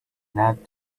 not